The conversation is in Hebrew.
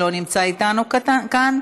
שלא נמצא איתנו כאן,